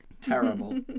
terrible